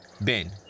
Ben